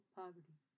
poverty